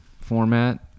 format